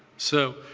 so